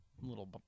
little